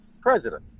president